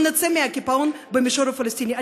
לא נצא מהקיפאון במישור הפלסטיני.